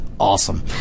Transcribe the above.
Awesome